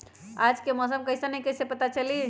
आज के मौसम कईसन हैं कईसे पता चली?